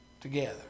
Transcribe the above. together